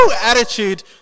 attitude